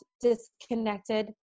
disconnected